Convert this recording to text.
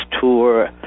tour